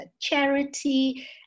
charity